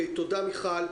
תודה, מיכל.